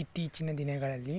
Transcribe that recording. ಇತ್ತೀಚಿನ ದಿನಗಳಲ್ಲಿ